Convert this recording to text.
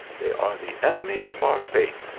they are the enemies of our faith,